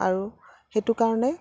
আৰু সেইটো কাৰণে